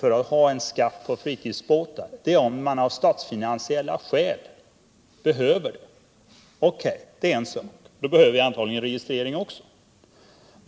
för att ta en skatt på fritidsbåtar som verkligen är hållbart är om man av statsfinansiella skäl behöver pengarna! O.K. det är en sak. Då behöver vi antagligen en registrering också.